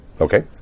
Okay